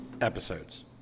episodes